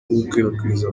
gukwirakwiza